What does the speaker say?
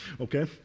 okay